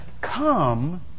come